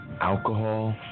Alcohol